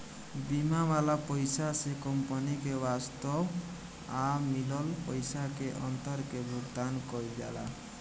बीमा वाला पइसा से कंपनी के वास्तव आ मिलल पइसा के अंतर के भुगतान कईल जाला